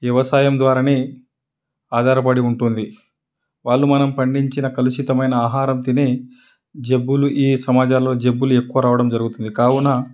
వ్యవసాయం ద్వారానే ఆధారపడి ఉంటుంది వాళ్ళు మనం పండించిన కలుషితమైన ఆహారం తిని జబ్బులు ఈ సమాజంలో జబ్బులు ఎక్కువ రావడం జరుగుతుంది కావున